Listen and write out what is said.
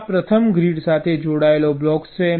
આ પ્રથમ ગ્રીડ સાથે જોડાયેલા બ્લોક્સ છે